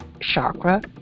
Chakra